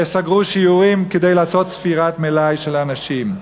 כדי לעשות ספירת מלאי של אנשים.